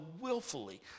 willfully